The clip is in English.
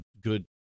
good